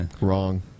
Wrong